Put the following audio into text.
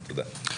תודה.